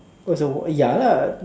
oh it's a ya lah